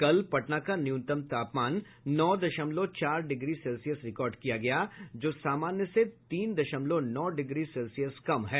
कल पटना का न्यूनतम तापमान नौ दशमलव चार डिग्री सेल्सियस रिकार्ड किया गया जो सामान्य से तीन दशमलव नौ डिग्री सेल्सियस कम है